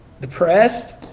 depressed